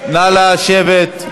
נא לשבת.